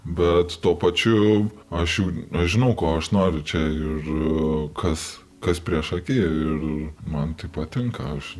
bet tuo pačiu aš jau žinau ko aš noriu čia ir kas kas priešaky ir man tai patinka aš